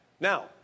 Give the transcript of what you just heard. Now